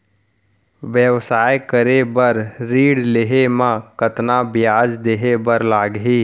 व्यवसाय करे बर ऋण लेहे म कतना ब्याज देहे बर लागही?